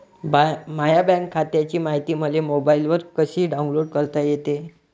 माह्या बँक खात्याची मायती मले मोबाईलवर कसी डाऊनलोड करता येते?